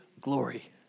glory